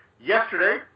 yesterday